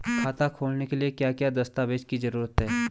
खाता खोलने के लिए क्या क्या दस्तावेज़ की जरूरत है?